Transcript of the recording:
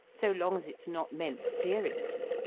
so long as it is not meant seriously,